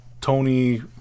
Tony